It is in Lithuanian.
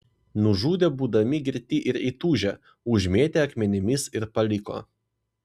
nužudė būdami girti ir įtūžę užmėtė akmenimis ir paliko